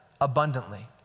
abundantly